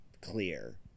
clear